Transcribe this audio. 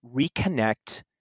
reconnect